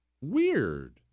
Weird